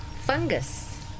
Fungus